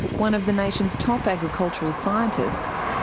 one of the nation's top agricultural scientists,